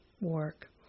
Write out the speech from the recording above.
work